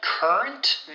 Current